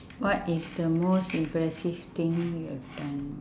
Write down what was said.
what is the most impressive thing you have done